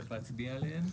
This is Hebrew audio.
אז צריך להצביע עליהן.